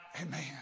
Amen